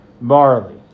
barley